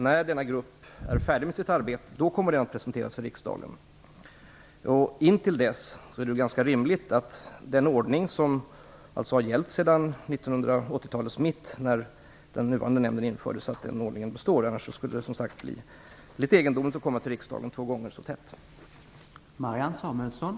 När denna grupp är färdig med sitt arbete kommer det förstås att presenteras för riksdagen. Intill dess är det ganska rimligt att den ordning består som har gällt sedan 1980-talets mitt då den nuvarande nämnden infördes. Annars skulle det, som sagt, bli litet egendomligt att komma till riksdagen två gånger så tätt inpå varandra.